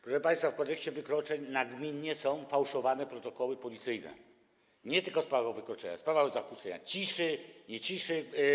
Proszę państwa, w Kodeksie wykroczeń nagminnie są fałszowane protokoły policyjne, nie tylko sprawy o wykroczenia, sprawy o zakłócanie ciszy.